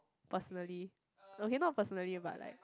personally okay not personally but like